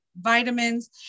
vitamins